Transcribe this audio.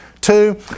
Two